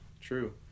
True